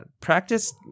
practice